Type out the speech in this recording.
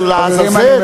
אומר: לעזאזל.